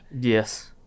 yes